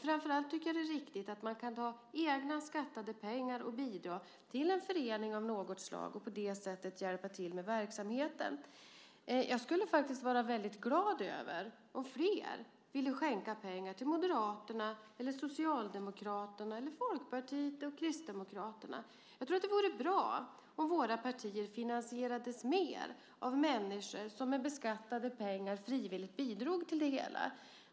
Framför allt tycker jag att det är riktigt att man kan ta egna skattade pengar och bidra till en förening av något slag och på det sättet hjälpa till med verksamheten. Jag skulle faktiskt vara väldigt glad om flera ville skänka pengar till Moderaterna, Socialdemokraterna, Folkpartiet eller Kristdemokraterna. Jag tror att det vore bra om våra partier finansierades mer av människor som med beskattade pengar frivilligt bidrar till det hela.